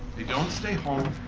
they don't stay home.